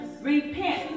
Repent